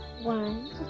One